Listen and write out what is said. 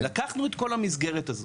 לקחנו את כל המסגרת הזאת,